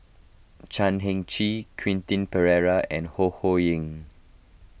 Chan Heng Chee Quentin Pereira and Ho Ho Ying